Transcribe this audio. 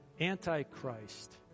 antichrist